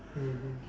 mmhmm